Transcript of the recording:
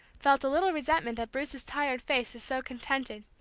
felt a little resentment that bruce's tired face was so contented,